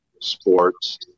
sports